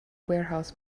warehouse